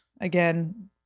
Again